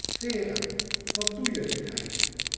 vera wat doe je riep hij